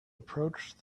approached